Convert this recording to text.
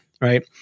right